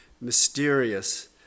mysterious